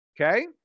Okay